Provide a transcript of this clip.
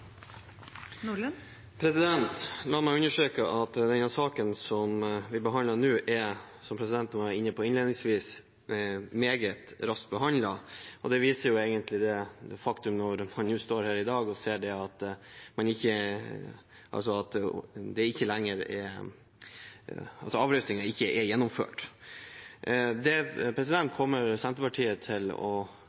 La meg understreke at saken vi behandler nå, blir – som presidenten var inne på innledningsvis – meget raskt behandlet. Det viser egentlig det faktum, når man står her i dag, at avrøystingen ikke er gjennomført. Hvis statsråden ikke kan forklare på en god måte hvordan det kan ivaretas, og hvilke romertallsvedtak som i så fall ivaretar dette, kommer også Senterpartiet til å